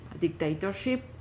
dictatorship